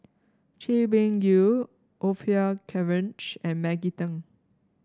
Chay Weng Yew Orfeur Cavenagh and Maggie Teng